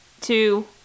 two